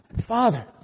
Father